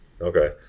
Okay